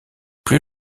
plus